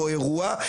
או אירוע,